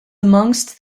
amongst